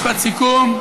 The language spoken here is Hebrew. משפט סיכום.